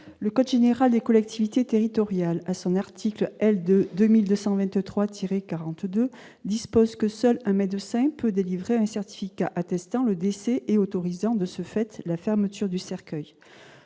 le code général des collectivités territoriales à son article de 2223 42 dispose que seul un mais de cinq peut délivrer un certificat attestant le décès et autorisant de ce fait, la fermeture du cercueil,